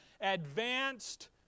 advanced